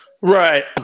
Right